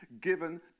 given